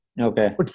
Okay